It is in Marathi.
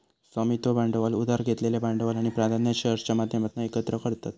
स्वामित्व भांडवल उधार घेतलेलं भांडवल आणि प्राधान्य शेअर्सच्या माध्यमातना एकत्र करतत